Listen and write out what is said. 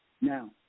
Now